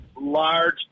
large